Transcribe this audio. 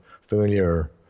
familiar